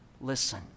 listen